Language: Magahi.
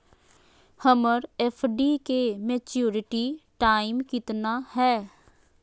हमर एफ.डी के मैच्यूरिटी टाइम कितना है?